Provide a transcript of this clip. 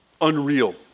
unreal